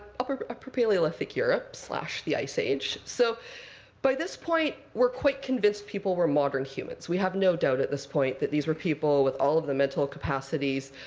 upper upper paleolithic europe so the ice age. so by this point we're quite convinced people were modern humans. we have no doubt, at this point, that these were people with all of the mental capacities,